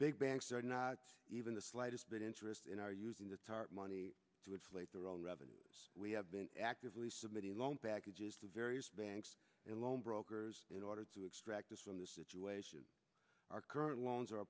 big banks are not even the slightest bit interested in our using the tarp money to inflate their own revenue we have been actively submitting loan packages to various banks and loan brokers in order to extract from the situation our current loans